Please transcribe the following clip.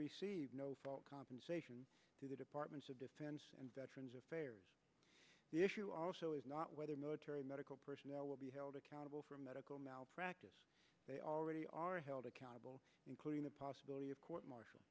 received compensation to the departments of defense and veterans affairs the issue also is not whether military medical personnel will be held accountable for medical malpractise they already are held accountable including the possibility of court mar